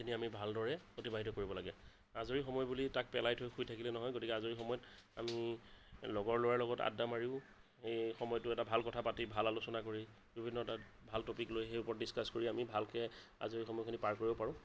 খিনি আমি ভালদৰে অতিবাহিত কৰিব লাগে আৰু আজৰি সময় বুলি তাক পেলাই থৈ শুই থাকিলে নহয় গতিকে আজৰি সময়ত আমি লগৰ ল'ৰাৰ লগত আড্ডা মাৰিও সেই সময়তোত এটা ভাল কথা পাতি ভাল আলোচনা কৰি বিভিন্ন তাত ভাল টপিক লৈ সেই ওপৰত ভাল ডিছকাছ কৰি আমি ভালকে আজৰি সময় খিনি পাৰ কৰিব পাৰোঁ